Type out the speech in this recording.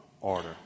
order